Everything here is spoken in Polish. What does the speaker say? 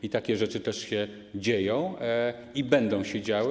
I takie rzeczy też się dzieją i będą się działy.